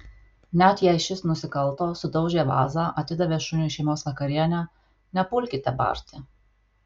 net jei šis nusikalto sudaužė vazą atidavė šuniui šeimos vakarienę nepulkite barti